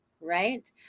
right